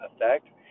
effect